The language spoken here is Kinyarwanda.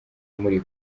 muri